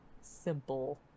simple